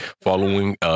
following